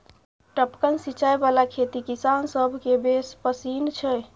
टपकन सिचाई बला खेती किसान सभकेँ बेस पसिन छै